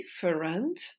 different